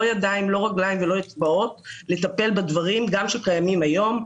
ידיים ולא רגליים ולא אצבעות לטפל בדברים שקיימים גם היום.